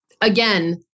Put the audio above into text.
Again